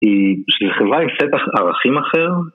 ‫של חברה עם סט ערכים אחר.